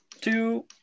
Two